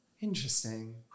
Interesting